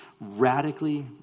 radically